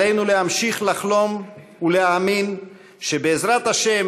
עלינו להמשיך לחלום ולהאמין שבעזרת השם